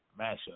mashup